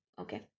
okay